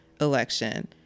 election